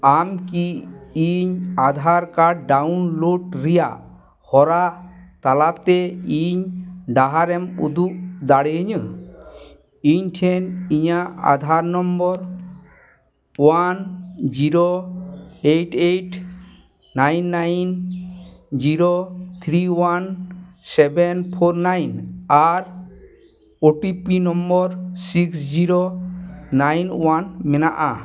ᱟᱢ ᱠᱤ ᱤᱧ ᱨᱮᱭᱟᱜ ᱦᱚᱨᱟ ᱛᱟᱞᱟᱛᱮ ᱤᱧ ᱰᱟᱦᱟᱨᱮᱢ ᱩᱫᱩᱜ ᱫᱟᱲᱮᱭᱟᱹᱧᱟ ᱤᱧ ᱴᱷᱮᱱ ᱤᱧᱟᱹᱜ one zero eight eight nine nine zero three one seven four nine ᱟᱨ ᱥᱤᱠᱥ ᱡᱤᱨᱳ ᱱᱟᱭᱤᱱ ᱚᱣᱟᱱ ᱢᱮᱱᱟᱜᱼᱟ